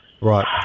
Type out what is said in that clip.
Right